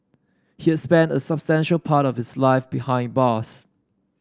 he had spent a substantial part of his life behind bars